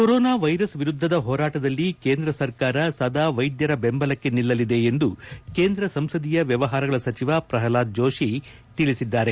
coronavirus ವಿರುದ್ಧದ ಹೋರಾಟದಲ್ಲಿ ಕೇಂದ್ರ ಸರ್ಕಾರ ಸದಾ ವೈದ್ಯರ ಬೆಂಬಲಕ್ಕೆ ನಿಲ್ಲಲಿದೆ ಎಂದು ಕೇಂದ್ರ ಸಂಸದೀಯ ವ್ಯವಹಾರಗಳ ಸಚಿವ ಪ್ರಹ್ಲಾದ್ ಜೋಶಿ ತಿಳಿಸಿದ್ದಾರೆ